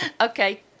Okay